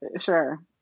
sure